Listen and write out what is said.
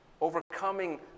overcoming